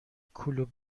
کلوب